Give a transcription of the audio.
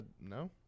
No